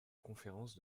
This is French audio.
conférence